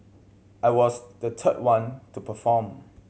I was the third one to perform